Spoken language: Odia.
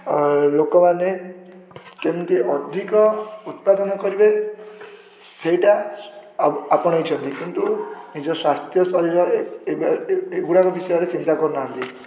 ଓ ଲୋକମାନେ କେମିତି ଅଧିକ ଉତ୍ପାଦନ କରିବେ ସେଇଟା ଆପ ଆପଣେଇଛନ୍ତି କିନ୍ତୁ ନିଜ ସ୍ୱାସ୍ଥ୍ୟ ଶରୀର ଏ ଏବେ ଏ ଏଗୁଡ଼ାକ ବିଷୟରେ ଚିନ୍ତା କରୁନାହାନ୍ତି